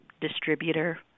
distributor